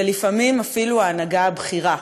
ולפעמים אפילו מההנהגה הבכירה,